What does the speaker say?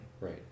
Right